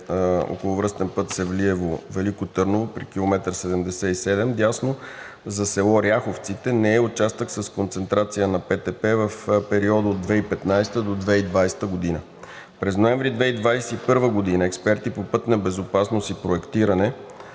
околовръстен път Севлиево – Велико Търново при 77 км, дясно, за село Ряховците, не е участък с концентрация на ПТП в периода от 2015 г. до 2020 г. През ноември 2021 г. експерти по пътна безопасност и проектиране